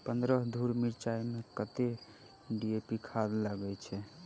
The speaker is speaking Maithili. पन्द्रह धूर मिर्चाई मे कत्ते डी.ए.पी खाद लगय छै?